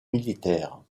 militaire